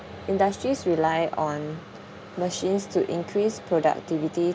industries rely on machines to increase productivity